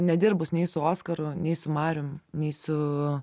nedirbus nei su oskaru nei su marijum nei su